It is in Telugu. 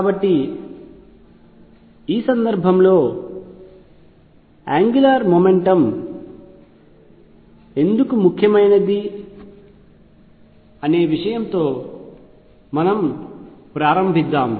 కాబట్టి ఈ సందర్భంలో యాంగ్యులార్ మెకానిక్స్ ఎందుకు ముఖ్యమైనది అనే విషయంతో మనం ప్రారంభిద్దాం